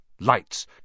Lights